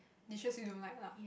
you sure you don't like lah